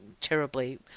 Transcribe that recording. terribly